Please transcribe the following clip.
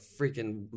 freaking